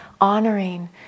honoring